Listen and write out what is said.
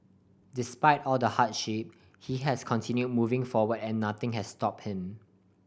despite all the hardship he has continue moving forward and nothing has stop him